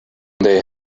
they